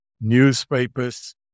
newspapers